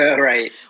Right